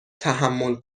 تحمل